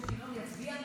הם לא הצביעו